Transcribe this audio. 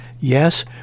Yes